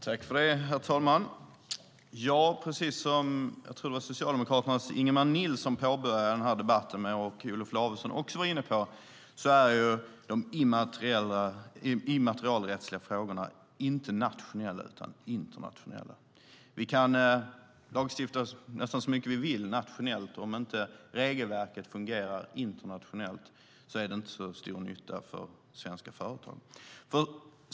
Herr talman! Jag tror att det var Socialdemokraternas Ingemar Nilsson som påbörjade den här debatten med att säga att de immaterialrättsliga frågorna inte är nationella utan internationella, och Olof Lavesson var också inne på det. Vi kan lagstifta så mycket vi vill nationellt, men om inte regelverket fungerar internationellt är det inte till så stor nytta för svenska företag.